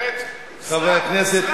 זאת אומרת: סרק,